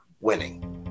winning